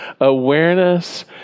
awareness